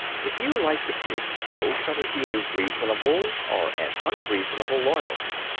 if you like to put it so, shall it be a reasonable or an unreasonable loyalty?